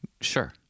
Sure